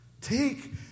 take